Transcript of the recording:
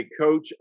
coach